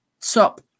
top